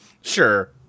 sure